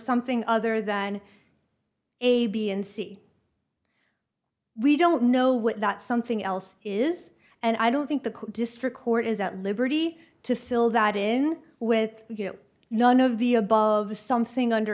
something other than a b and c we don't know what that something else is and i don't think the district court is at liberty to fill that in with none of the above is something under